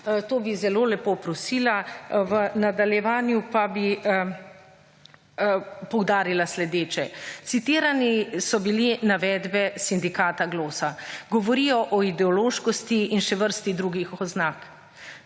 To bi zelo lepo prosila. V nadaljevanju pa bi poudarila sledeče. Citirani so bile navedbe Sindikata Glosa. Govorijo o ideološkosti in še vrsti drugih oznak.